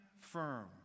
firm